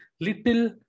little